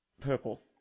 purple